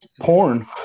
porn